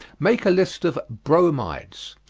make a list of bromides,